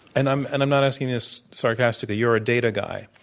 and i'm and i'm not asking this sarcastically. you're a data guy.